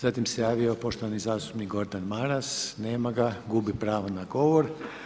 Zatim se javio poštovani zastupnik Gordan Maras, nema ga, gubi pravo na govor.